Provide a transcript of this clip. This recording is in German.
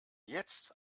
jetzt